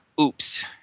oops